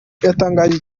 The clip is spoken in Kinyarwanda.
yatangije